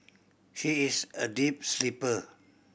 she is a deep sleeper